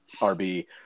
rb